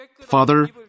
Father